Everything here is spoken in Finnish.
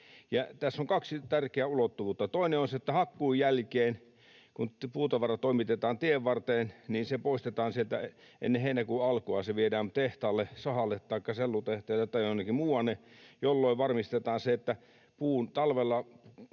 tässä on kaksi tärkeää ulottuvuutta: Toinen on se, että hakkuun jälkeen, kun puutavara toimitetaan tienvarteen, se poistetaan sieltä ennen heinäkuun alkua. Se viedään tehtaalle, sahalle taikka sellutehtaalle tai jonnekin muualle, jolloin varmistetaan se, että edellisenä